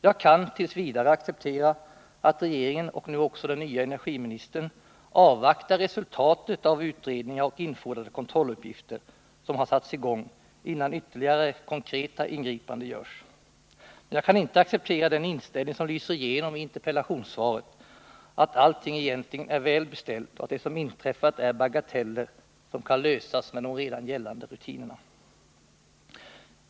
Jag kan t. v. acceptera att regeringen, och nu också den nye energiministern, avvaktar resultatet av de utredningar som har satts i gång och de kontrolluppgifter som har infordrats, innan ytterligare konkreta ingripanden görs. Men jag kan inte acceptera den inställning som lyserigenom interpellationssvaret, att allting egentligen är väl beställt och att det som inträffat är bagateller som kan lösas med redan gällande rutiner.